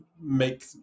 make